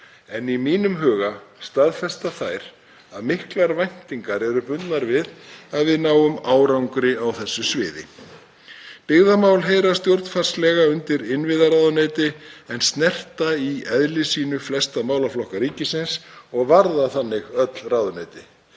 Í mínum huga staðfesta þær að miklar væntingar eru bundnar við að við náum árangri á þessu sviði. Byggðamál heyra stjórnarfarslega undir innviðaráðuneyti en snerta í eðli sínu flesta málaflokka ríkisins og varða þannig öll ráðuneyti.